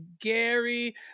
Gary